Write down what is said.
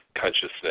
consciousness